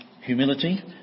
humility